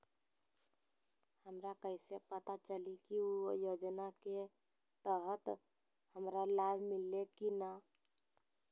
हमरा कैसे पता चली की उ योजना के तहत हमरा लाभ मिल्ले की न?